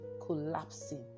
collapsing